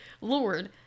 Lord